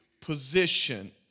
position